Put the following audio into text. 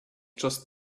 just